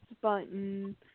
button